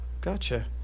Gotcha